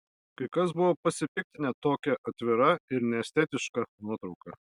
kai kas buvo pasipiktinę tokia atvira ir neestetiška nuotrauka